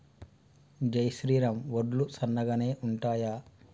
జై శ్రీరామ్ వడ్లు సన్నగనె ఉంటయా?